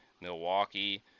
Milwaukee